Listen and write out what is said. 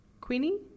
Queenie